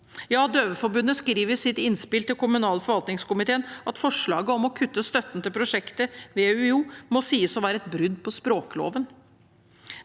Døveforbundet skriver i sitt innspill til kommunal- og forvaltningskomiteen at forslaget om å kutte støtten til prosjektet ved UiO må sies å være et brudd på språkloven.